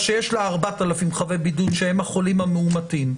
שיש לה 4,000 חבי בידוד שהם החולים המאומתים,